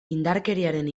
indarkeriaren